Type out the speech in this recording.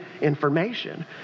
information